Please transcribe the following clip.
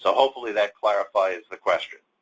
ah hopefully that clarifies the question.